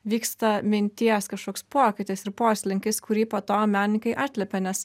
vyksta minties kažkoks pokytis ir poslinkis kurį po to menininkai atliepia nes